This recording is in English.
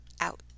out